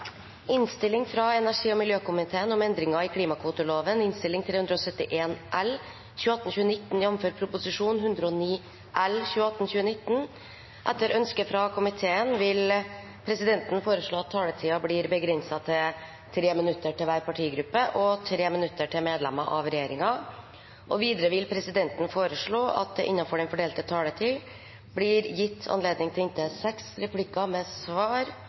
miljøkomiteen vil presidenten foreslå at taletiden blir begrenset til 3 minutter til hver partigruppe og 3 minutter til medlemmer av regjeringen. Videre vil presidenten foreslå at det – innenfor den fordelte taletid – blir gitt anledning til inntil seks replikker med svar etter innlegg fra medlemmer av regjeringen, og at de som måtte tegne seg på talerlisten utover den fordelte taletid, får en taletid på inntil